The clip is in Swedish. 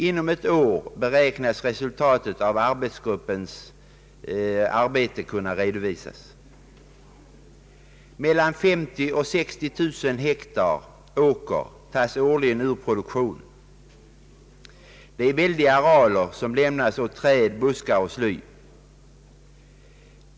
Inom ett år beräknas resultatet av gruppens arbete kunna redovisas. Mellan 50000 och 60 000 hektar åker tas årligen ur produktionen. Det är alltså väldiga arealer som lämnas åt träd, buskar och sly.